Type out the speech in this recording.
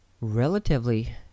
relatively